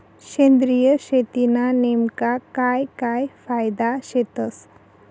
सेंद्रिय शेतीना नेमका काय काय फायदा शेतस?